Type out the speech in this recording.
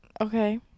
Okay